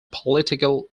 political